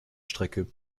strecke